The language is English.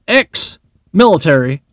ex-military